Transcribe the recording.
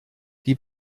die